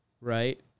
right